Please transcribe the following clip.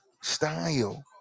style